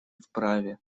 вправе